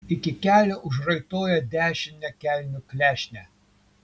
iki kelio užraitoja dešinę kelnių klešnę